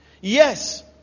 Yes